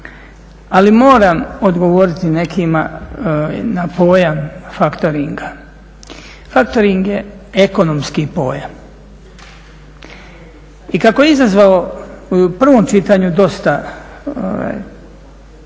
ali moram odgovoriti nekima na pojam faktoringa. Faktoring je ekonomski pojam. I kako je izazvao u prvom čitanju dosta